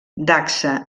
dacsa